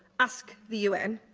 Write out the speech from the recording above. ask the un.